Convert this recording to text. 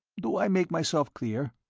do i make myself clear?